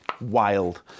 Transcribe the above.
wild